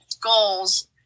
goals